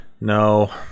No